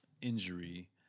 injury